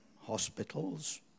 hospitals